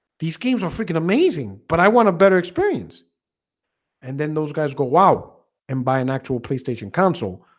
these games are freaking amazing, but i want a better experience and then those guys go out and buy an actual playstation console.